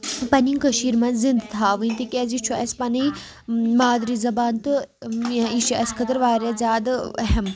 پَنٕنۍ کٔشیٖر منٛز زندٕ تھاوٕنۍ تِکیازِ یہِ چھُ اَسہِ پَنٕنۍ مادری زَبان تہٕ یہِ چھِ اَسہِ خٲطرٕ واریاہ زیادٕ اہم